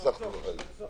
הישיבה ננעלה בשעה 15:15.